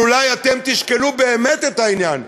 אבל אולי אתם תשקלו באמת את העניין.